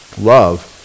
Love